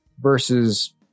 versus